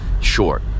short